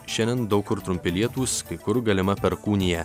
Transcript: šiandien daug kur trumpi lietūs kai kur galima perkūnija